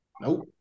nope